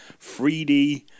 3d